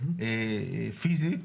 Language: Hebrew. פיזית,